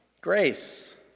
grace